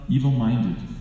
evil-minded